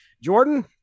Jordan